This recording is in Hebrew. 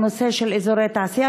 הנושא של אזורי תעשייה.